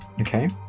okay